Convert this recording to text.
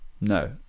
no